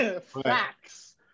Facts